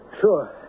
Sure